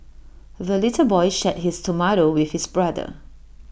the little boy shared his tomato with his brother